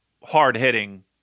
hard-hitting